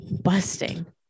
busting